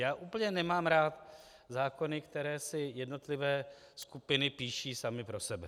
Já úplně nemám rád zákony, které si jednotlivé skupiny píší sami pro sebe.